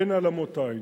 אין העלמות עין.